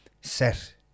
set